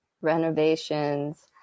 renovations